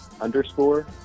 underscore